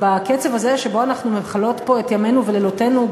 בקצב הזה שבו אנחנו מכלות פה את ימינו ולילותינו,